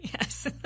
Yes